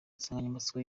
insanganyamatsiko